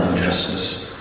this is